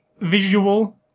visual